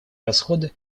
расходы